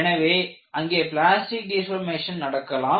எனவே அங்கே plastic deformation நடக்கலாம்